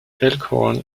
elkhorn